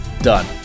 done